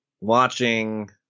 watching